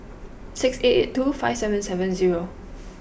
six eight eight two five seven seven zero